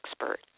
expert